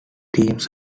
teams